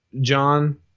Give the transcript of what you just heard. John